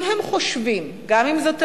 אם הם חושבים, גם אם זו טעות,